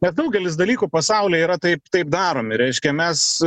bet daugelis dalykų pasauly yra taip taip daromi reiškia mes